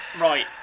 Right